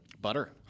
Butter